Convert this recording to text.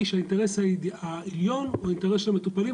שהאינטרס העליון הוא האינטרס של המטופלים,